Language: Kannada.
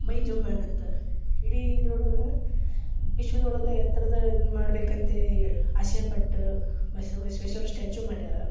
ಮೈ ಜುಮ್ ಅನ್ನುತ್ತೆ ಇಡೀ ಇದ್ರೊಳಗೆ ವಿಶ್ವದೊಳಗೆ ಎತ್ರದ ಇದನ್ನು ಮಾಡಬೇಕಂತ ಆಸೆ ಪಟ್ಟು ಬಸವೇಶ್ವರ ಸ್ಟ್ಯಾಚು ಮಾಡ್ಯಾರ